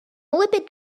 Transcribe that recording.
lipid